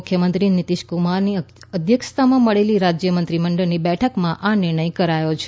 મુખ્યમંત્રી નીતીશકુમારની અધ્યક્ષતામાં મળેલી રાજ્ય મંત્રીમંડળની બેઠકમાં આ નિર્ણય કરાયો છે